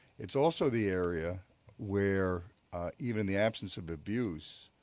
it's also the area where even the absence of abuse